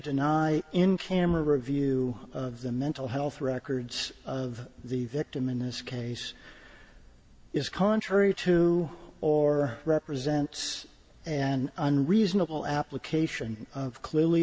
deny in camera view of the mental health records of the victim in this case is contrary to or represents an unreasonable application of clearly